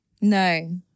No